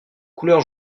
couleur